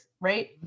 right